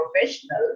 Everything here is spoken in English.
professional